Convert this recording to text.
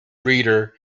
breeder